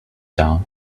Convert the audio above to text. down